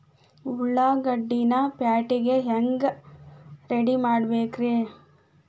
ಉಳ್ಳಾಗಡ್ಡಿನ ಪ್ಯಾಟಿಗೆ ಹ್ಯಾಂಗ ರೆಡಿಮಾಡಬೇಕ್ರೇ?